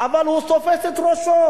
אבל הוא תופס את ראשו.